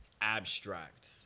abstract